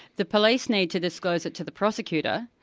the police need to disclose it to the prosecutor,